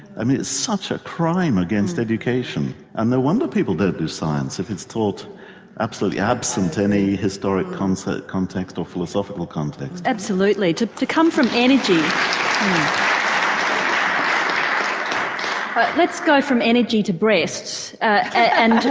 i mean it's such a crime against education, and no wonder people don't do science if it's taught absolutely absent any historic concept or philosophical context. absolutely, to to come from energy. um let's go from energy to breasts and